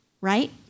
right